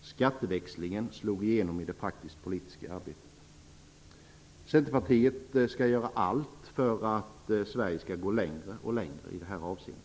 Skatteväxlingen slog igenom i det politiska arbetet. Centerpartiet skall göra allt för att Sverige skall gå längre och längre i detta avseende.